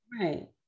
Right